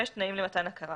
תנאים למתן הכרה